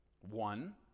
One